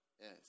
Yes